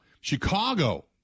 Chicago